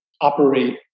operate